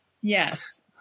Yes